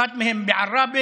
אחת מהן בעראבה,